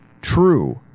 True